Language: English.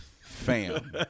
Fam